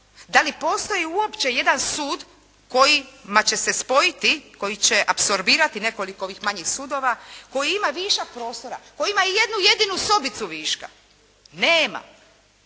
Da li postoji uopće jedan sud kojima će se spojiti, koji će apsorbirati nekoliko ovih manjih sudova, koji ima višak prostora, koji ima i jednu jedinu sobicu viška? Nema.